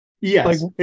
Yes